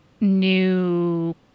new